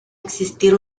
existir